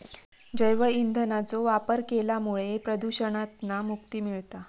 जैव ईंधनाचो वापर केल्यामुळा प्रदुषणातना मुक्ती मिळता